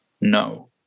No